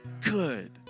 good